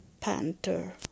panther